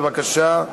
בבקשה.